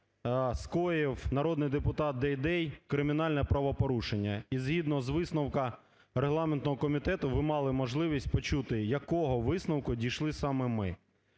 скоїв народний депутат Дейдей кримінальне правопорушення. І згідно з висновком Регламентного комітету ви мали можливість почути якого висновку дійшли саме ми.